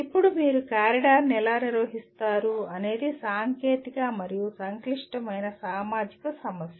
ఇప్పుడు మీరు కారిడార్ను ఎలా నిర్వహిస్తారు అనేది సాంకేతిక మరియు సంక్లిష్టమైన సామాజిక సమస్య